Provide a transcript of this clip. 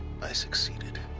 i succeeded